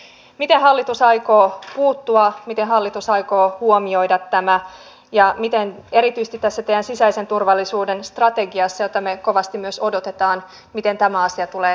miten hallitus aikoo puuttua miten hallitus aikoo huomioida tämän ja miten erityisesti tässä teidän sisäisen turvallisuuden strategiassanne jota me kovasti myös odotamme tämä asia tulee siinä näkymään